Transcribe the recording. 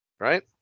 Right